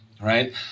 right